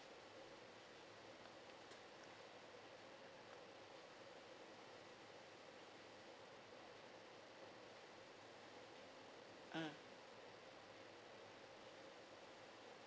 mm